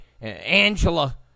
Angela